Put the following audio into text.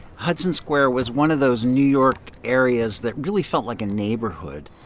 hudson square was one of those new york areas that really felt like a neighborhood